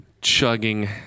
chugging